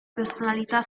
personalità